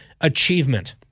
achievement